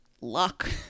luck